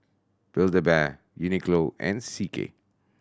Build A Bear Uniqlo and C K